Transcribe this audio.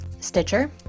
Stitcher